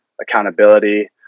accountability